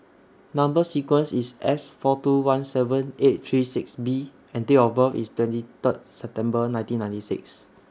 Number sequence IS S four two one seven eight three six B and Date of birth IS twenty thrid September nineteen ninety six